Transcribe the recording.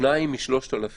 שניים מ-3,000